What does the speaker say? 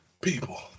People